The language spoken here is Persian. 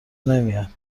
نمیاد